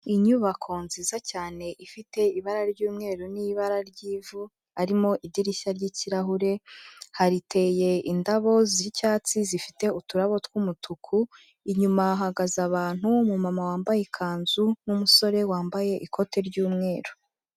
Inyubako nziza cyane ifite ibara ry'umweru n'ibara ry'ivu harimo idirishya ry'ikirahure, hateye indabo z'icyatsi zifite uturabo tw'umutuku, inyuma hahagaze abantu, umumama wambaye ikanzu n'umusore wambaye ikote ry'umweru.